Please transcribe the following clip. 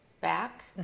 back